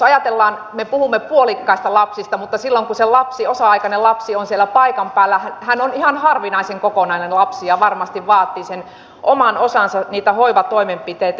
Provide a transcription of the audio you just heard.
ja me puhumme puolikkaista lapsista mutta silloin kun se osa aikainen lapsi on siellä paikan päällä hän on ihan harvinaisen kokonainen lapsi ja varmasti vaatii sen oman osansa niitä hoivatoimenpiteitä